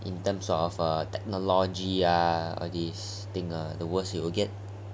in terms of a technology ah all these thing ah the worst it will get